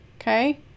okay